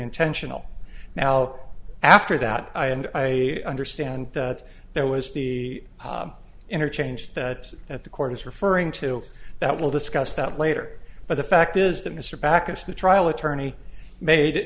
intentional now after that i and i understand that there was the interchange that at the court is referring to that we'll discuss that later but the fact is that mr backus the trial attorney made